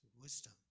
wisdom